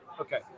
Okay